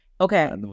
Okay